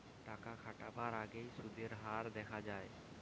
টাকা খাটাবার আগেই সুদের হার দেখা যায়